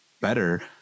better